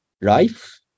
life